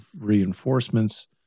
reinforcements